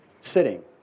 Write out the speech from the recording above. sitting